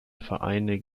vereine